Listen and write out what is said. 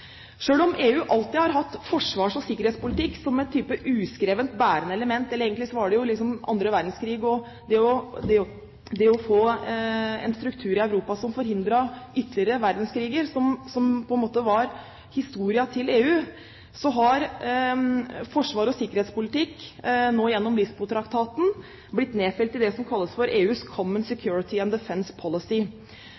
om EU alltid har hatt forsvars- og sikkerhetspolitikk som et slags uskrevet bærende element – egentlig var det annen verdenskrig og det å få en struktur i Europa som forhindret ytterligere verdenskriger, som var forhistorien til EU – har forsvars- og sikkerhetspolitikk gjennom Lisboa-traktaten blitt nedfelt i det som kalles for EUs